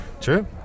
True